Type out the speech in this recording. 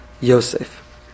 Yosef